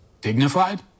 dignified